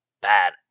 bad